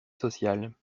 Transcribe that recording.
sociale